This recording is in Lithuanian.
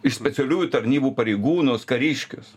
iš specialiųjų tarnybų pareigūnus kariškius